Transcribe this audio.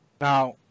now